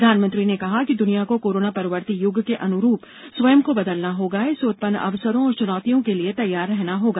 प्रधानमंत्री ने कहा है कि दुनिया को कोरोना परवर्ती यूग के अनुरूप स्वयं को बदलना होगा और इससे उत्पन्न अवसरों और चुनौतियों के लिए तैयार रहना होगा